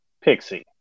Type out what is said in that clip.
pixie